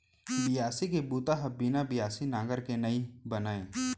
बियासी के बूता ह बिना बियासी नांगर के नइ बनय